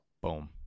Boom